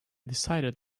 decided